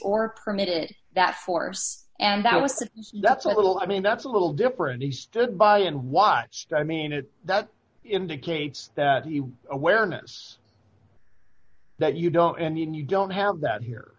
or permit it that force and that was that's what little i mean that's a little different he stood by and watched i mean it that indicates that he awareness that you don't and you don't have that here